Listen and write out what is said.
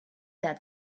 that